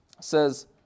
says